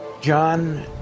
John